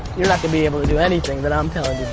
you're not gonna be able to do anything that i'm telling